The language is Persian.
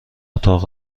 اتاق